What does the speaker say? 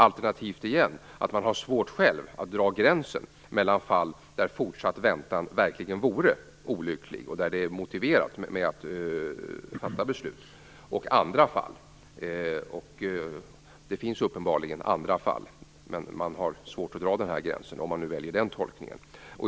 Alternativt igen har de själva svårt att dra gränsen mellan fall där fortsatt väntan verkligen vore olycklig och det därför är motiverat att fatta beslut och andra fall. Det finns uppenbarligen andra fall. Men man har svårt att dra gränsen, om man nu väljer den tolkningen.